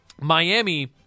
Miami